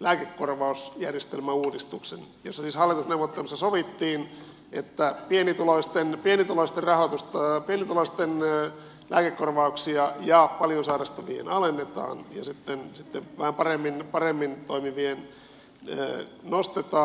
lääkekorvausjärjestelmäuudistuksen josta siis hallitusneuvotteluissa sovittiin että pienituloisten pelitavasta rahoitusta eli vastanneet läänin korvauksia ja paljon sairastavien lääkekorvauksia alennetaan ja sitten vähän paremmin toimeentulevien nostetaan